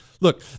Look